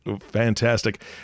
fantastic